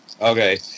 okay